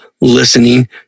listening